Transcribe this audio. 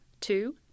Two